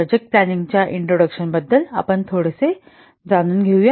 project प्लॅनिंगच्या introduction बद्दल आपण थोडेसे सांगू या